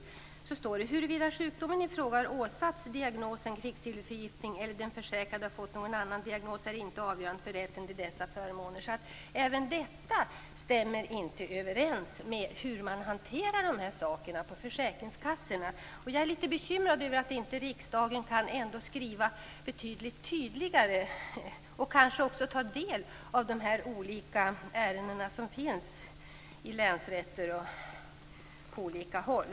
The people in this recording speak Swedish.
Man skriver: "Huruvida sjukdomen i fråga har åsatts diagnosen kvicksilverförgiftning eller den försäkrade har fått någon annan diagnos är inte avgörande för rätten till dessa förmåner." Inte heller detta stämmer överens med hur de här sakerna hanteras på försäkringskassorna. Jag är litet bekymrad över att riksdagen inte kan skriva betydligt tydligare, och kanske också ta del av de olika ärenden som finns i länsrätter och på andra håll.